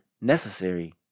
necessary